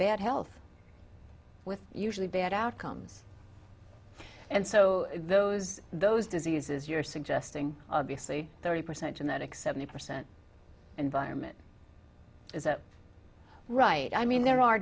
bad health with usually bad outcomes and so those those diseases you're suggesting obviously thirty percent genetics seventy percent environment as a right i mean there are